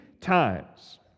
times